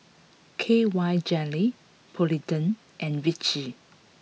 K Y Jelly Polident and Vichy